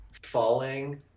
falling